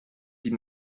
die